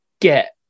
get